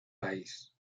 país